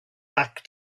back